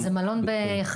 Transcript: אז זה מלון בחיפה.